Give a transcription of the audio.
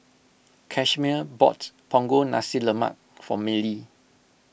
Casimer bought Punggol Nasi Lemak for Mellie